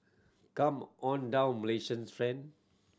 come on down Malaysians friend